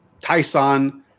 Tyson